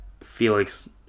Felix